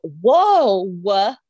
Whoa